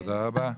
תודה.